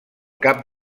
cap